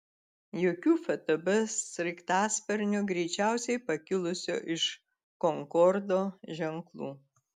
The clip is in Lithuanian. jokių ftb sraigtasparnio greičiausiai pakilusio iš konkordo ženklų